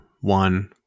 one